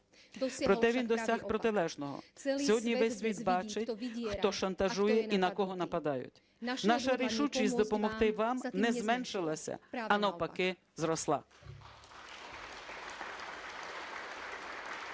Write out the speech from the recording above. Проте він досяг протилежного: сьогодні весь світ бачить, хто шантажує і на кого нападають. Наша рішучість допомогти вам не зменшилась, а навпаки зросла.